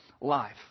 life